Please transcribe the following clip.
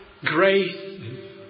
grace